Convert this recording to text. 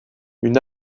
une